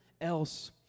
else